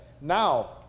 Now